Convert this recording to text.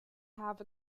have